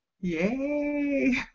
Yay